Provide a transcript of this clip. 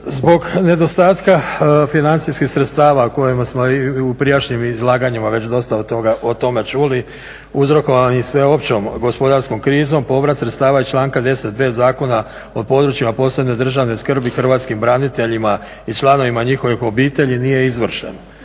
Zbog nedostatka financijskih sredstava o kojima smo i u prijašnjim izlaganjima već dosta o tome čuli, uzrokovani sveopćom gospodarskom krizom povrat sredstava iz članka 10.b Zakona o područjima posebne državne skrbi Hrvatskim braniteljima i članovima njihovih obitelji nije izvršeno.